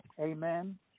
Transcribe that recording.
Amen